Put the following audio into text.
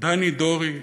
דני דורי,